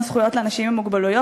גם פרופסור ששינסקי רבות זכויותיו,